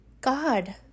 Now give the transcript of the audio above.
God